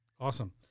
Awesome